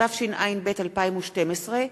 התשע"ב 2012,